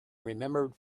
remembered